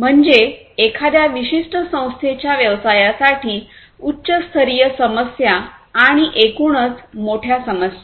म्हणजे एखाद्या विशिष्ट संस्थेच्या व्यवसायासाठी उच्च स्तरीय समस्या आणि एकूणच मोठ्या समस्या